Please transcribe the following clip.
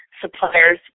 suppliers